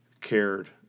cared